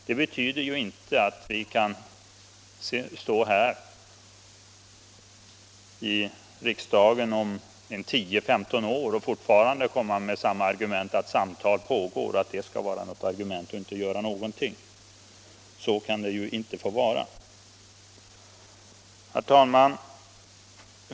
Det betyder inte att vi kan stå här i riksdagen om 10-15 år och fortfarande föra fram samma argument — att samtal pågår och Nr 24 att det skall vara skäl för att inte göra någonting. Så kan det inte få vara. | Herr talman!